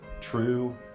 true